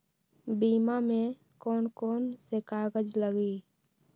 बीमा में कौन कौन से कागज लगी?